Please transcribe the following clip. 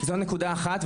זו נקודה אחת,